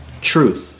truth